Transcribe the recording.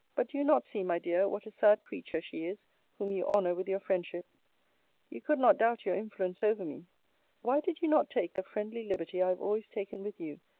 but do you not see, my dear, what a sad creature she is whom you honour with your friendship you could not doubt your influence over me why did you not take the friendly liberty i have always taken with you,